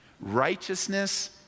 Righteousness